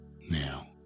now